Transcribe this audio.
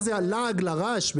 מה זה, לעג לרש?